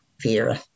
Vera